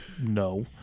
no